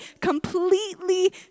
completely